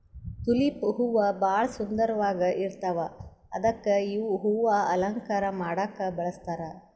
tulip ಹೂವಾ ಭಾಳ್ ಸುಂದರ್ವಾಗ್ ಇರ್ತವ್ ಅದಕ್ಕೆ ಇವ್ ಹೂವಾ ಅಲಂಕಾರ್ ಮಾಡಕ್ಕ್ ಬಳಸ್ತಾರ್